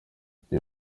ati